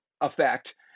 effect